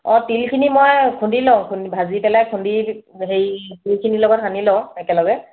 অঁ তিলখিনি মই খুন্দি লওঁ খুন ভাজি পেলাই খুন্দি হেৰি গুৰখিনি লগত সানি লওঁ একেলগে